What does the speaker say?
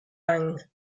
gang